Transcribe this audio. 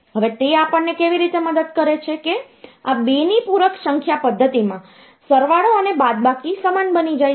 હવે તે આપણને કેવી રીતે મદદ કરે છે કે આ 2 ની પૂરક સંખ્યા પદ્ધતિમાં સરવાળો અને બાદબાકી સમાન બની જાય છે